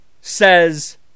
says